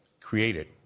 created